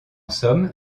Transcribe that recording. somme